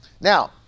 Now